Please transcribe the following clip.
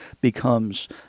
becomes